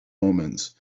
omens